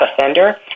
offender